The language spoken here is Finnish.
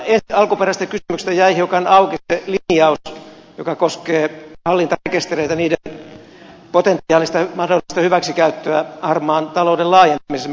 tuosta alkuperäisestä kysymyksestä jäi hiukan auki se linjaus joka koskee hallintarekistereitä niiden potentiaalista mahdollista hyväksikäyttöä harmaan talouden laajentamisessa